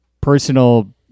personal